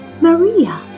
Maria